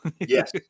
Yes